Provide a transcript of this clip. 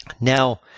now